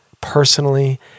personally